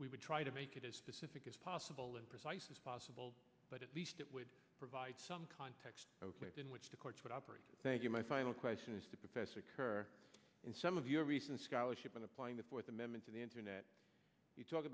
we would try to make it as specific as possible imprecise as possible but at least it would provide some context in which the courts would operate thank you my final question is to professor occur in some of your recent scholarship in applying the fourth amendment to the internet you talk